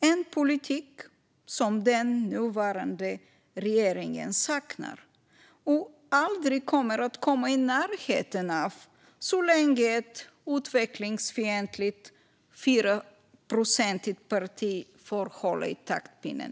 Det är en politik som den nuvarande regeringen saknar och aldrig kommer att komma i närheten av så länge ett utvecklingsfientligt fyraprocentsparti får hålla i taktpinnen.